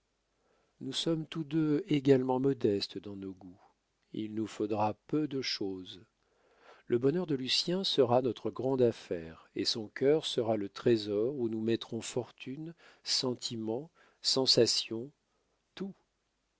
nous sommes tous deux également modestes dans nos goûts il nous faudra peu de chose le bonheur de lucien sera notre grande affaire et son cœur sera le trésor où nous mettrons fortune sentiments sensations tout